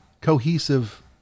cohesive